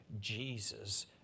Jesus